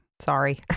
Sorry